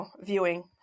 viewing